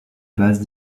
base